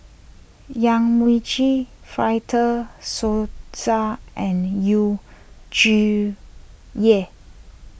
Yong Mun Chee Fred De Souza and Yu Zhuye